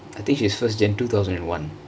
I think she's first jan two thousand and one